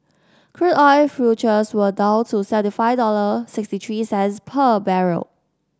crude oil futures were down to seventy five dollar sixty threes per barrel